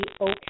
okay